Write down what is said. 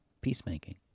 Peacemaking